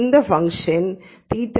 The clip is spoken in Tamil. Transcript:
இந்த ஃபங்ஷன் பல வகைகளாக இருக்கலாம்